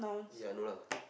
yeah no lah